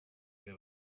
que